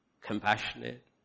compassionate